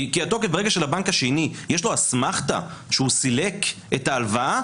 כי ברגע שלבנק השני יש אסמכתה שהוא סילק את ההלוואה,